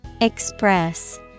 Express